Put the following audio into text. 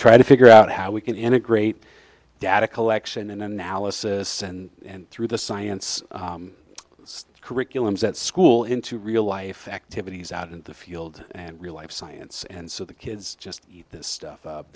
try to figure out how we can integrate data collection and analysis and through the science curriculums at school into real life activities out in the field and real life science and so the kids just eat this stuff